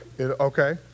Okay